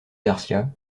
garcia